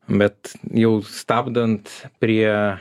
bet jau stabdant prie